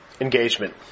engagement